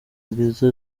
bwiza